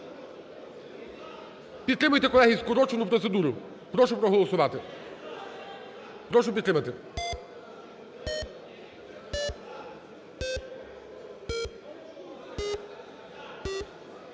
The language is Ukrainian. Підтримайте, колеги, скорочену процедуру. Прошу проголосувати. Прошу підтримати.